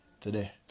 Today